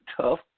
tough